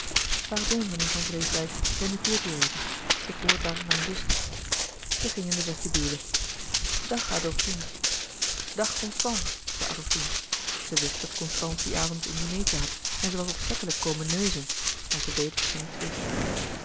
pardon meneer van vreeswijck permitteert u even ik hoor daar mijn zuster zij ging in de vestibule dag adolfine dag constance zei adolfine ze wist dat constance dien avond een dinertje had en zij was opzettelijk komen neuzen maar zij deed of zij niets wist